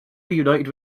reunited